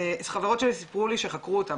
חברות שלי סיפרו לי שחקרו אותן,